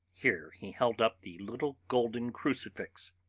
here he held up the little golden crucifix.